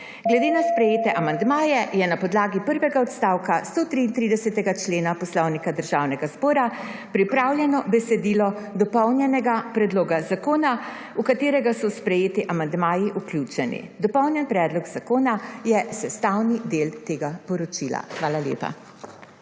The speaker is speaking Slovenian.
Glede na sprejete amandmaje je na podlagi prvega odstavka 133. člena Poslovnika Državnega zbora pripravljeno besedilo dopolnjenega predloga zakona v katerega so sprejeti amandmaji vključeni. Dopolnjen predlog zakona je sestavni del tega poročila. Hvala lepa.